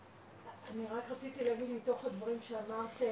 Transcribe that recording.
אני רק רציתי להגיד מתוך הדברים שאמרתם.